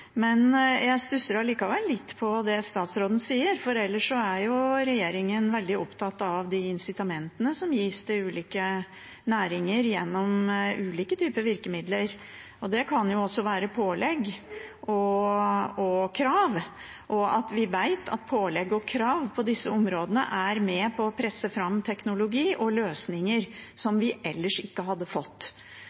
regjeringen veldig opptatt av de incitamentene som gis til ulike næringer gjennom ulike typer virkemidler. Det kan også være pålegg og krav, og vi vet at pålegg og krav på disse områdene er med på å presse fram teknologi og løsninger vi ellers ikke hadde fått.